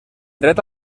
dret